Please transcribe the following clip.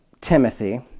Timothy